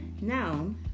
Now